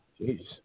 Jeez